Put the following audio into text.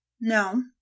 no